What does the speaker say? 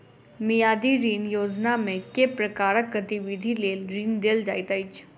मियादी ऋण योजनामे केँ प्रकारक गतिविधि लेल ऋण देल जाइत अछि